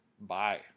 Bye